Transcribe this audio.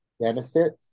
benefit